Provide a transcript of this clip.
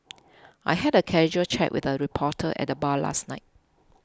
I had a casual chat with a reporter at the bar last night